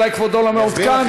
אולי כבודו לא מעודכן?